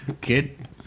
kid